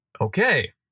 Okay